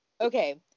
Okay